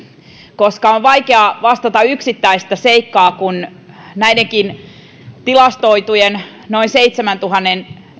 koska on vaikeaa vastata yksittäistä seikkaa kun näistäkin tilastoiduista noin seitsemästätuhannesta